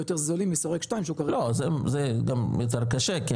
יותר זולים משורק 2. לא זה גם יותר קשה,